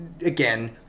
again